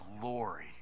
glory